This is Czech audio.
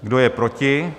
Kdo je proti?